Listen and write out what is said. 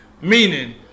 Meaning